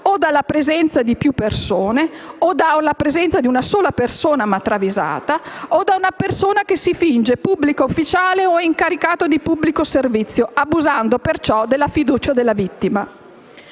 o dalla presenza di più persone ovvero dalla presenza di una sola ma travisata o da una persona che si finge pubblico ufficiale o incaricato di pubblico servizio, abusando, perciò, della fiducia della vittima.